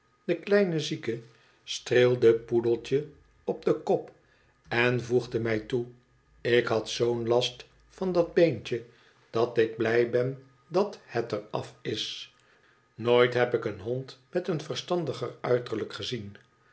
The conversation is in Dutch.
de kleine zieke streelde poedel op den kop en voegde mij toe ik had zoo'n last van dat beentje dat ik blij bon dat het er af is nooit heb ik een hond met een verstandiger uiterlijk gezien